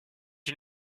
une